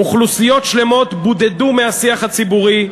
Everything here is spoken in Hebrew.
אוכלוסיות שלמות בודדו מהשיח הציבורי,